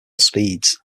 speed